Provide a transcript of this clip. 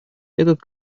этот